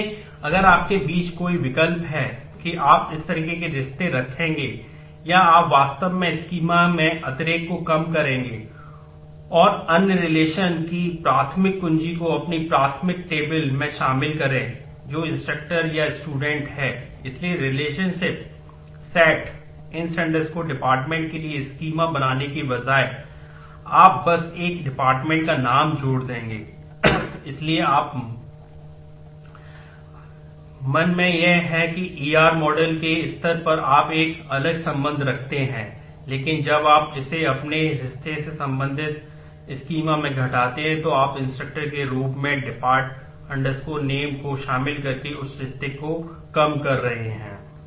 इसलिए अगर आपके बीच कोई विकल्प है कि आप इस तरह के रिश्ते रखेंगे या आप वास्तव में स्कीमा के रूप में dept name को शामिल करके उस रिश्ते को कम कर रहे हैं